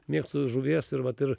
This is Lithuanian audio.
mėgstu žuvies ir vat ir